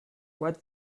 what